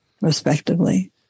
respectively